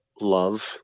love